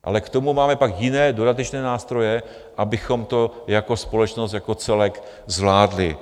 Ale k tomu máme pak jiné, dodatečné nástroje, abychom to jako společnost jako celek zvládli.